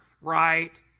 Right